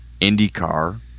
IndyCar